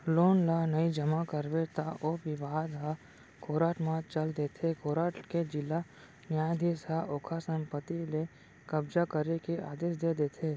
loan ल नइ जमा करबे त ओ बिबाद ह कोरट म चल देथे कोरट के जिला न्यायधीस ह ओखर संपत्ति ले कब्जा करे के आदेस दे देथे